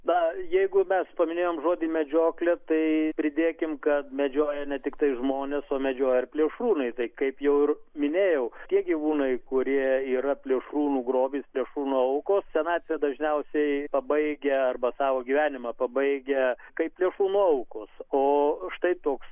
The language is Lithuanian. na jeigu mes paminėjom žodį medžioklė tai pridėkim kad medžioja ne tiktai žmonės o medžioja ir plėšrūnai tai kaip jau ir minėjau tie gyvūnai kurie yra plėšrūnų grobis plėšrūnų aukos senatvę dažniausiai pabaigia arba savo gyvenimą pabaigia kaip plėšrūno aukos o štai toks